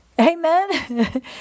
Amen